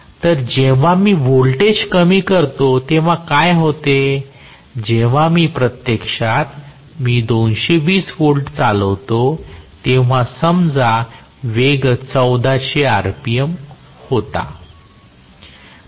तर जेव्हा मी व्होल्टेज कमी करतो तेव्हा काय होते जेव्हा मी प्रत्यक्षात मी 220 व्होल्ट चालवितो तेव्हा समजा वेग 1400 rpm वेग होता